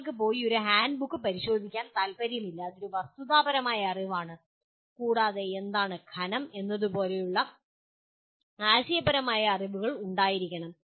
നിങ്ങൾക്ക് പോയി ഒരു ഹാൻഡ്ബുക്ക് പരിശോധിക്കാൻ താൽപ്പര്യമില്ല അതൊരു വസ്തുതാപരമായ വിവരമാണ് കൂടാതെ എന്താണ് ഘനം എന്നതു പോലുള്ള ആശയപരമായ വിവരങ്ങൾ ആശയപരമായ അറിവ് ഉണ്ടായിരിക്കണം